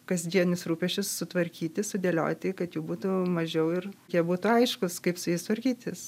kasdienius rūpesčius sutvarkyti sudėlioti kad jų būtų mažiau ir jie būtų aiškūs kaip su jais tvarkytis